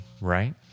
Right